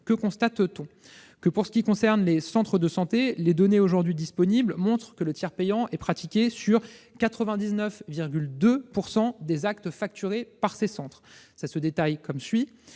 Que constate-t-on ? Pour ce qui concerne les centres de santé, les données aujourd'hui disponibles montrent que le tiers payant est pratiqué sur 99,2 % des actes facturés par ces centres. Le détail est